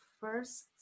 first